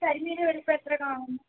കരിമീൻ്റെ വലുപ്പം എത്ര കാണും